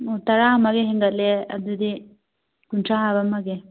ꯇꯔꯥ ꯑꯃꯒ ꯍꯦꯟꯒꯠꯂꯦ ꯑꯗꯨꯗꯤ ꯀꯨꯟꯊ꯭ꯔꯥ ꯍꯥꯞꯄꯝꯃꯒꯦ